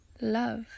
love